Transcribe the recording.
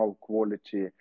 quality